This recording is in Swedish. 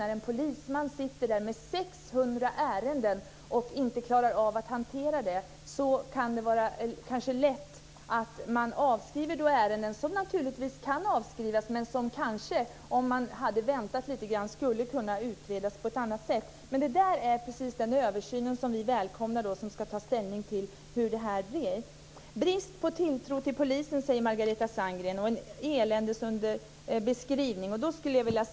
När en polisman sitter där med 600 ärenden och inte klarar av att hantera dem kan det vara lätt att avskriva ärenden som naturligtvis kan avskrivas men som kanske, om man hade väntat lite grann, hade kunnat utredas på ett annat sätt. Men vi välkomnar den översyn som ska ta ställning till detta. Margareta Sandgren talar om brist på tilltro till polisen och eländesbeskrivning.